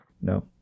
No